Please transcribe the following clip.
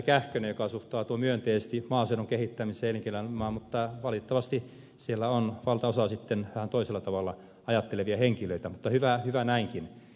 kähkönen joka suhtautuu myönteisesti maaseudun kehittämiseen ja elinkeinoelämään mutta valitettavasti siellä on valtaosa sitten ihan toisella tavalla ajattelevia henkilöitä mutta hyvä näinkin